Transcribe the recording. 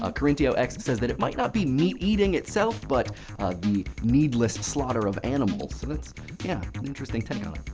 ah korintiox says that it might not be meat eating itself, but the needless slaughter of animals. that's yeah, am interesting taken on